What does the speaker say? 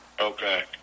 Okay